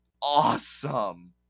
awesome